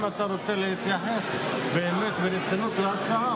אם אתה רוצה להתייחס באמת ברצינות להצעה,